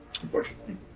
Unfortunately